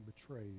betrayed